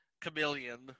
Chameleon